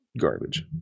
garbage